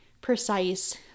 precise